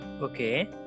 Okay